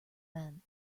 then